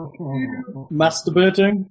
Masturbating